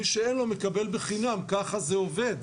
ומי שאין לו מקבל בחינם וככה זה עובד.